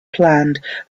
planned